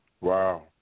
Wow